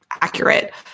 accurate